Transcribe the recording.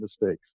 mistakes